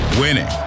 Winning